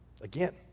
again